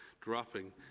dropping